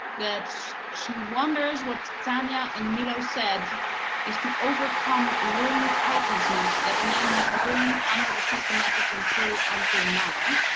that she wonders what tania and milo said is to overcome learned helplessness that man has learned under the systematic control until now.